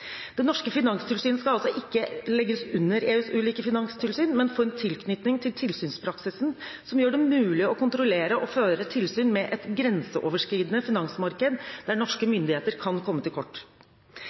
Det norske finanstilsynet skal altså ikke legges under EUs ulike finanstilsyn, men få en tilknytning til tilsynspraksisen som gjør det mulig å kontrollere og føre tilsyn med et grenseoverskridende finansmarked, der norske